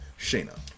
Shayna